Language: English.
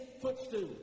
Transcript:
footstool